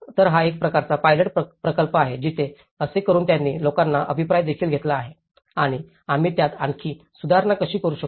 तर हा एक प्रकारचा पायलट प्रकल्प आहे जिथे असे करून त्यांनी लोकांचा अभिप्राय देखील घेतला आहे आणि आम्ही त्यात आणखी सुधारणा कशी करू शकतो